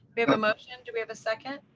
we have a motion. do we have a second?